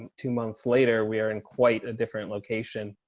two months later, we are in quite a different location.